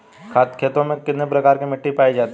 खेतों में कितने प्रकार की मिटी पायी जाती हैं?